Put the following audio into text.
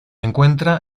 encuentra